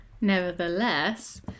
Nevertheless